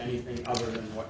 anything other than what